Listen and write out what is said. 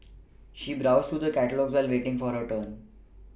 she browsed through the catalogues while waiting for her turn